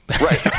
Right